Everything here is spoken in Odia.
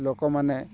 ଲୋକମାନେ